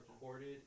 recorded